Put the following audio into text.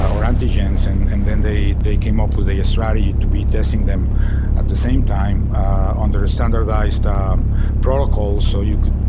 or antigens, and and then they they came up with a strategy to be testing them at the same time on their standardized ah um protocols. so you could,